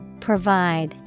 Provide